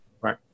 Right